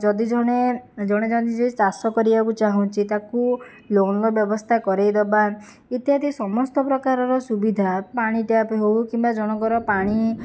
ଯଦି ଜଣେ ଜଣେ ଯଦି ଚାଷ କରିବାକୁ ଚାହୁଁଛି ତାକୁ ଲୋନର ବ୍ୟବସ୍ଥା କରେଇ ଦେବା ଇତ୍ୟାଦି ସମସ୍ତ ପ୍ରକାରର ସୁବିଧା ପାଣି ଟ୍ୟାପ ହେଉ କିମ୍ବା ଜଣଙ୍କର ପାଣି